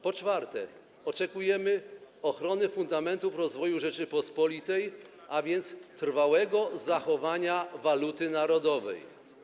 Po czwarte, oczekujemy ochrony fundamentów rozwoju Rzeczypospolitej, a więc trwałego zachowania waluty narodowej.